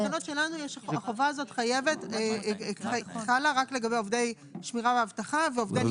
בתקנות שלנו החובה הזאת חלה רק לגבי עובדי שמירה ואבטחה ועובדי ניקיון.